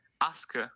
ask